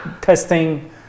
testing